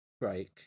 break